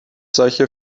solche